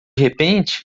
repente